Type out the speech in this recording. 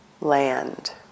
land